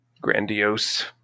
grandiose